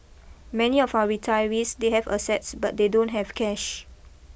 many of our retirees they have assets but they don't have cash